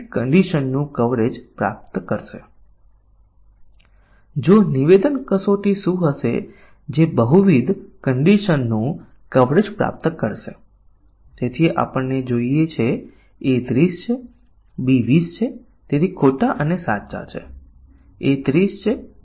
અને નિવેદન કવરેજ સાથેની સમસ્યા એ પણ છે કે નિવેદનની અવલોકન કરીને એક ઇનપુટ માટે સારું કામ કરે છે તો અન્ય ઇનપુટ્સ માટે પણ તે કામ કરશે તેની ખાતરી આપતું નથી પરંતુ તમને એ ખબર હોય કે ઓછામાં ઓછું તે એક નિવેદન ઇનપુટ્સ માટે સારું કામ કરે છે